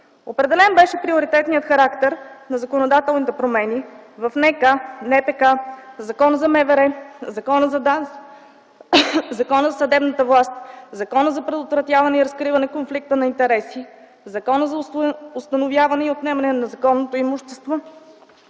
Определен беше приоритетният характер на законодателните промени в НК, НПК, в Закона за МВР, Закона за ДАНС, Закона за съдебната власт, Закона за предотвратяване и разкриване на конфликт на интереси, Закона за установяване и отнемане на незаконното имущество.